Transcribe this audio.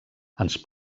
ens